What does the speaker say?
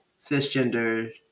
cisgender